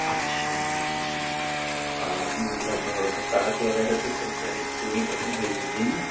اچھا مطلب سڑک وغیرہ تو سب بنی پوری بنی ہوئی ہوگی نہیں